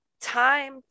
time